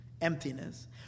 Emptiness